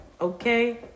Okay